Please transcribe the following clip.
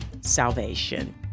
salvation